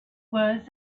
was